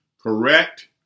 correct